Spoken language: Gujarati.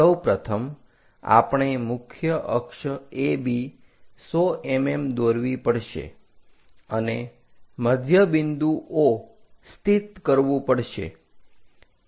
સૌપ્રથમ આપણે મુખ્ય અક્ષ AB 100 mm દોરવી પડશે અને મધ્યબિંદુ O સ્થિત કરવું પડશે